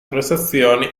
prestazioni